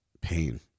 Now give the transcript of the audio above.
pain